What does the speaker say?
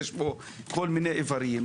יש בו כל מיני איברים,